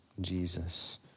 Jesus